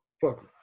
Fuck